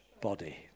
body